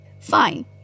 Fine